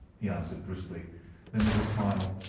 he answered, brusquely then with a smile,